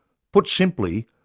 put simply,